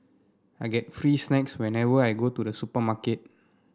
I get free snacks whenever I go to the supermarket